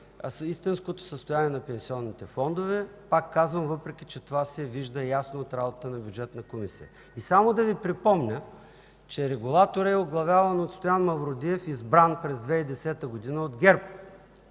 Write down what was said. истинското състояние на пенсионните фондове, пак казвам, въпреки че това се вижда ясно от работата на Бюджетната комисия. Само да Ви припомня, че регулаторът е оглавяван от Стоян Мавродиев, избран през 2010 г. от ГЕРБ